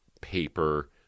paper